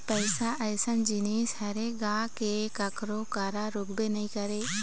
पइसा अइसन जिनिस हरे गा के कखरो करा रुकबे नइ करय